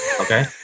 Okay